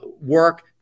work